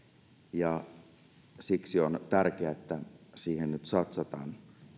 ja siksi on tärkeää että siihen nyt satsataan